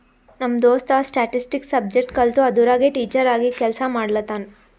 ನಮ್ ದೋಸ್ತ statistics subject ಕಲ್ತು ಅದುರಾಗೆ ಟೀಚರ್ ಆಗಿ ಕೆಲ್ಸಾ ಮಾಡ್ಲತಾನ್